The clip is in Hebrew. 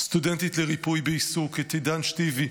סטודנטית לריפוי בעיסוק, את עידן שתיוי,